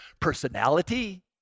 personality